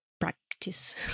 practice